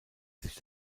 sich